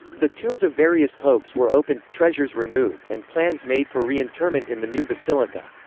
the tombs of various popes were opened, treasures removed and plans made for re-interment in the new basilica.